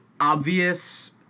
obvious